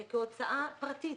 כהוצאה פרטית.